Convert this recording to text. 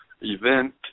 event